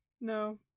No